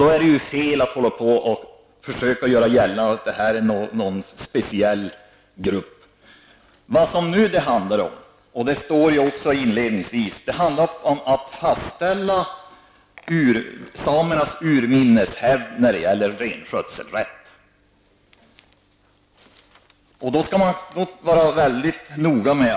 Då är det fel att försöka göra gällande att det här är någon speciell grupp. Nu handlar det -- det sägs också inledningsvis i propositionen -- om att fastställa att samernas renskötselrätt grundas på urminnes hävd.